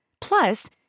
Plus